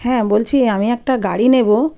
হ্যাঁ বলছি আমি একটা গাড়ি নেব